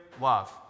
love